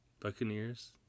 Buccaneers